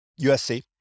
USC